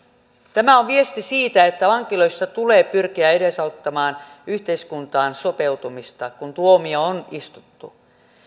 tämä on viesti siitä että vankiloissa tulee pyrkiä edesauttamaan yhteiskuntaan sopeutumista kun tuomio on istuttu